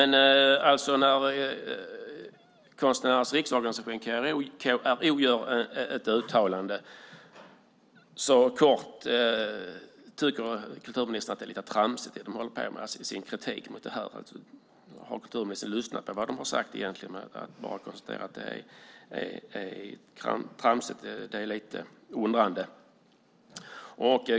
När Konstnärernas Riksorganisation, KRO, gör ett uttalande framför kulturministern i sin kritik att det organisationen gör är tramsigt. Har kulturministern lyssnat på vad de har sagt? Hon bara konstaterar att det är tramsigt. Jag undrar.